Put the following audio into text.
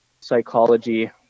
psychology